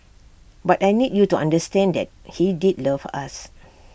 but I need you to understand that he did love us